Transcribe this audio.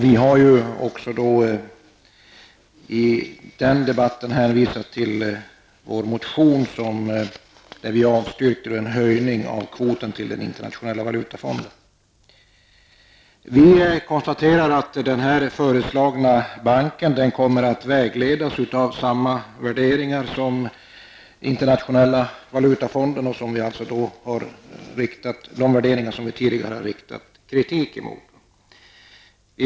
Vi har i den debatten hänvisat till vår motion i vilken vi säger nej till en höjning av kvoten till Vi konstaterar att den här föreslagna banken kommer att vägledas av Internationella valutafondens värderingar, som vi tidigare har riktat kritik mot.